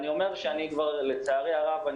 לצערי הרב,